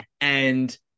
And-